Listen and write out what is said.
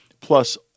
Plus